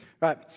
right